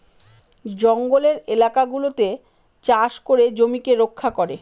জঙ্গলের এলাকা গুলাতে চাষ করে জমিকে রক্ষা করে